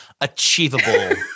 achievable